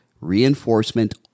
reinforcement